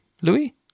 Louis